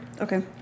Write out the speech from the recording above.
Okay